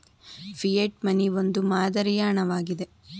fiat money ಒಂದು ಮಾದರಿಯ ಹಣ ವಾಗಿದೆ